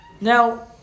Now